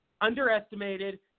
underestimated